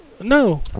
No